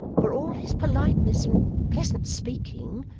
for all his politeness and pleasant speaking,